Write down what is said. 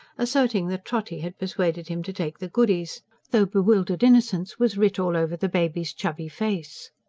asserting that trotty had persuaded him to take the goodies though bewildered innocence was writ all over the baby's chubby face.